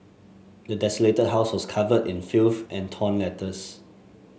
the desolated house was covered in filth and torn letters